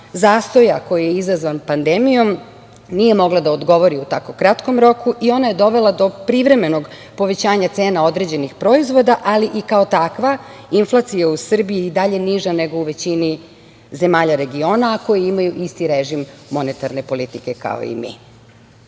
zastoja koji je izazvan pandemijom nije mogla da odgovori u tako kratkom roku i ona je dovela do privremenog povećanja cena određenih proizvoda, ali i kao takva inflacija u Srbiji je i dalje niža nego u većini zemalja regiona, a koje imaju isti režim monetarne politike kao i mi.U